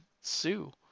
sue